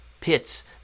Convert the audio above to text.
pits